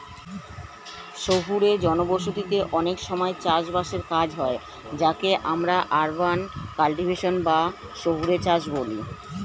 শহুরে জনবসতিতে অনেক সময় চাষ বাসের কাজ হয় যাকে আমরা আরবান কাল্টিভেশন বা শহুরে চাষ বলি